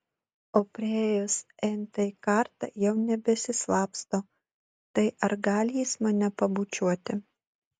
o priėjus n tąjį kartą jau nebesislapsto tai ar gali jis mane pabučiuoti